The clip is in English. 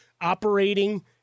operating